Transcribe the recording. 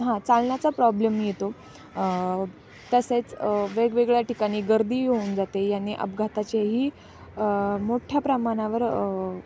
हा चालण्याचा प्रॉब्लेम येतो तसेच वेगवेगळ्या ठिकाणी गर्दी होऊन जाते यांनी अपघाताचेही मोठ्या प्रमाणावर